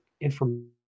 information